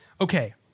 okay